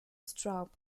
straub